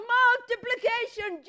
multiplication